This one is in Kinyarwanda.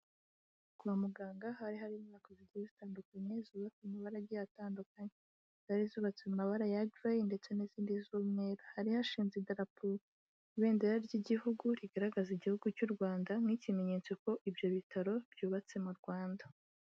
Kwa muganga hari hari inyubako zigiye zitandukanye, zubatse mu amabara agiye atandukanye, zari zubatswe mu mabara ya gray, ndetse n'izindi zumweru, hari hashinze idarapo, ibendera ry'igihugu, rigaragaza igihugu cy'u Rwanda nk'ikimenyetso ko ibyo bitaro byubatse mu Rwanda.